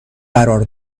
قرار